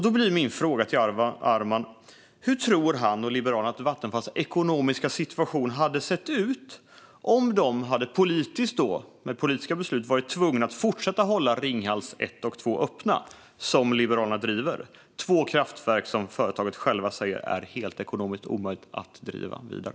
Då blir min fråga till Arman: Hur tror han och Liberalerna att Vattenfalls ekonomiska situation hade sett ut om företaget genom politiska beslut varit tvunget att fortsätta att hålla Ringhals 1 och 2 öppna, vilket Liberalerna driver? Det är två kraftverk som företaget självt säger är helt ekonomiskt omöjligt att driva vidare.